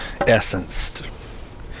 essenced